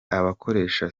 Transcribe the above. abakoresha